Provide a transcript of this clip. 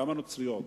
גם הנוצריות,